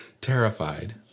terrified